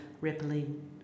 rippling